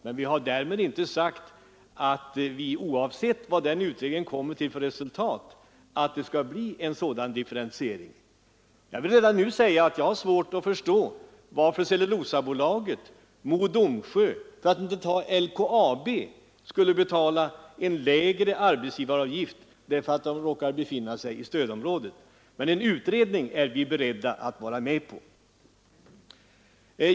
Men vi har därmed inte sagt att det, oavsett vad den utredningen kommer till för resultat, skall bli en sådan differentiering. Jag vill redan nu framhålla att jag har svårt att förstå varför Cellulosabolaget eller Mo och Domsjö, för att inte tala om LKAB, skulle betala en lägre arbetsgivaravgift på grund av att de råkar befinna sig i stödområdet. Men en utredning kan vi vara med om.